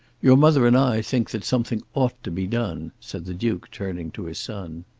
your mother and i think, that something ought to be done, said the duke turning to his son.